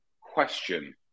question